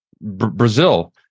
Brazil